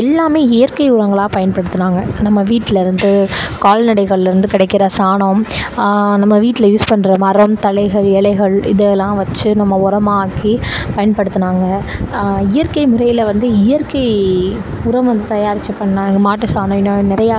எல்லாமே இயற்கை உரங்களாக பயன்படுத்தினாங்க நம்ம வீட்டில் இருந்து கால்நடைகளிலேருந்து கிடைக்கிற சாணம் நம்ம வீட்டில் யூஸ் பண்ணுற மரம் தழைகள் இலைகள் இதெல்லாம் வச்சு நம்ம உரமாக்கி பயன்படுத்தினாங்க இயற்கை முறையில் வந்து இயற்கை உரம் வந்து தயாரிச்சு பண்ணிணாங்க மாட்டு சாணம் இன்னும் நிறையா